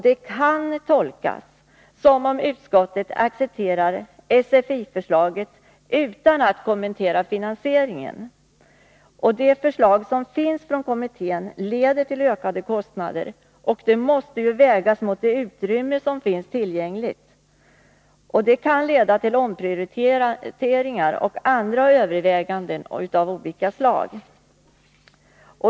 Det kan tolkas som om utskottet accepterar SFI-förslaget utan att kommentera finansieringen. Det förslag som framlagts av kommittén leder till ökade kostnader, som måste vägas mot det utrymme som finns tillgängligt. Det kan leda till omprioriteringar och andra överväganden av olika slag.